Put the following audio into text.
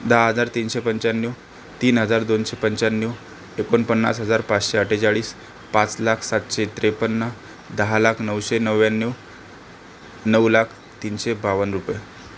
दहा हजार तीनशे पंच्याण्णव तीन हजार दोनशे पंच्याण्णव एकोणपन्नास हजार पाचशे अठ्ठेचाळीस पाच लाख सातशे त्रेपन्न दहा लाख नऊशे नव्याण्णव नऊ लाख तीनशे बावन्न रुपये